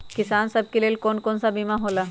किसान सब के लेल कौन कौन सा बीमा होला?